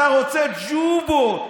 אתה רוצה ג'ובות.